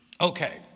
Okay